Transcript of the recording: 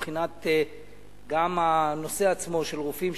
גם מבחינת הנושא עצמו של רופאים,